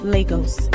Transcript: Lagos